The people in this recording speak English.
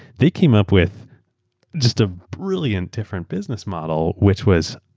they came up with just a brilliant different business model which was,